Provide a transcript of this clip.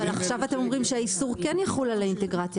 אבל עכשיו אתם אומרים שהאיסור כן יחול על האינטגרציה